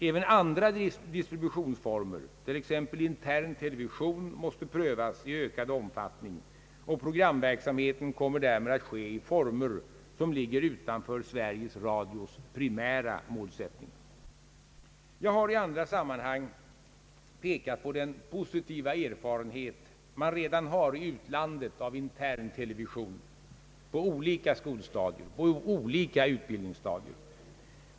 Även andra distributionsformer, t.ex. intern television, måste prövas i ökad omfattning, och programverksamheten kommer därmed att ske i former som ligger utanför Sveriges Radios primära målsättning. Jag har i andra sammanhang pekat på den positiva erfarenhet man redan har i utlandet av intern television på olika skoloch utbildningsstadier.